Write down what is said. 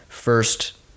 first